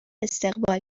استقبال